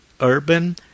...urban